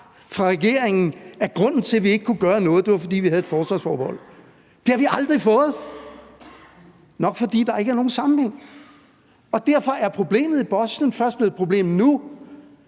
fra regeringen, at grunden til, at vi ikke kunne gøre noget, var, at vi havde et forsvarsforbehold. Det svar har vi aldrig fået, nok fordi der ikke er nogen sammenhæng, og derfor er problemet i Bosnien først blevet et problem nu.